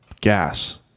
gas